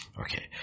Okay